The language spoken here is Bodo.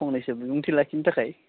फंनैसो बिबुंथि लाखिनो थाखाय